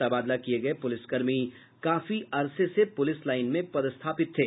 तबादला किये गये पुलिसकर्मी काफी अर्से से पुलिस लाईन में पदस्थापित थे